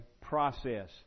process